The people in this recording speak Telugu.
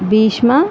భీష్మా